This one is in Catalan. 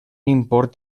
import